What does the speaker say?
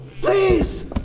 Please